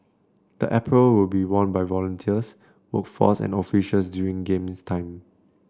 the apparel will be worn by volunteers workforce and officials during games time